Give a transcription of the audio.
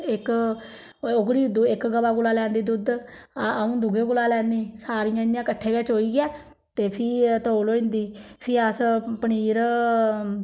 इक ओह्कड़ी इक गवा कोला लैंदी दुद्ध अउं दूई कोलां लैंदी सारी के इयां कट्ठे गै चोइये ते फ्ही तौल होई जंदी फ्ही अस्स पनीर